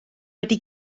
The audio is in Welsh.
wedi